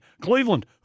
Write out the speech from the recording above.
Cleveland